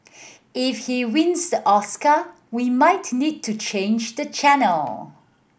if he wins the Oscar we might need to change the channel